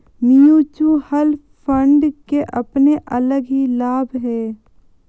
mutual fund के अपने अलग ही लाभ हैं